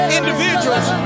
individuals